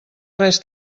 res